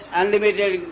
unlimited